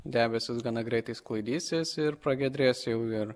debesys gana greitai sklaidysis ir pragiedrės jau ir